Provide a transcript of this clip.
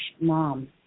Mom